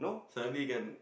slowly can